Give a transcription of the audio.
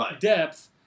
depth